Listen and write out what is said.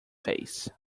face